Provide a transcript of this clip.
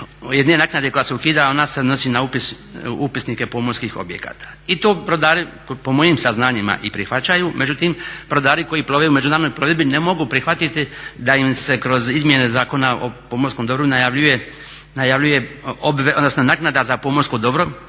jedne naknade koja se ukida a onda se odnosi na upisnike pomorskih objekata i to brodari po mojim saznanjima i prihvaćaju, međutim brodari koji plove u međunarodnoj plovidbi ne mogu prihvatiti da im se kroz izmjena Zakona o pomorskom dobro najavljuje, odnosno naknada za pomorsko dobro